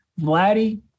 Vladdy